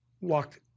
walked